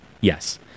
Yes